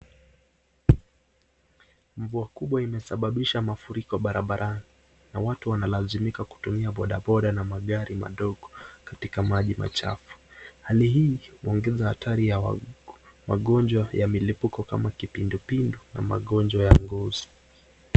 Mvua kubwa imesababisha mafuriko barabarani na watu wanalazimika kutumia bodaboda na magari madogo katika maji machafu. Hali hii huongeza hatari ya magonjwa ya milipuko kama kipindupindu na magonjwa ya ngozi.